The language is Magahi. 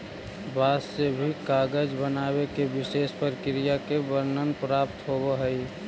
बाँस से भी कागज बनावे के विशेष प्रक्रिया के वर्णन प्राप्त होवऽ हई